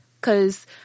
Cause